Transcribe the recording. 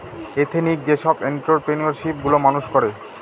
ethnic যেসব entrepreneurship গুলো মানুষ করে